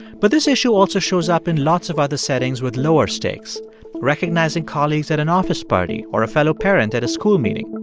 but this issue also shows up in lots of other settings with lower stakes recognizing colleagues at an office party or a fellow parent at a school meeting.